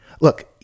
Look